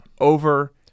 over